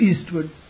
eastward